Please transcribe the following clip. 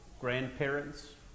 grandparents